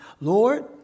Lord